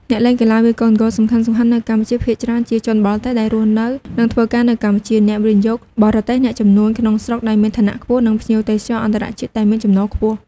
អ្នកលេងកីឡាវាយកូនហ្គោលសំខាន់ៗនៅកម្ពុជាភាគច្រើនជា ជនបរទេសដែលរស់នៅនិងធ្វើការនៅកម្ពុជា អ្នកវិនិយោគបរទេស អ្នកជំនួញក្នុងស្រុកដែលមានឋានៈខ្ពស់ និងភ្ញៀវទេសចរអន្តរជាតិដែលមានចំណូលខ្ពស់។